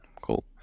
Cool